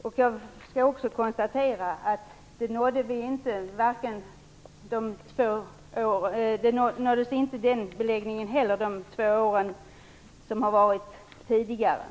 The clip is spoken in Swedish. Låt mig också konstatera att vi inte heller under de föregående två åren nådde den beläggningen.